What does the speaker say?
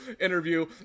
interview